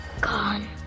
Gone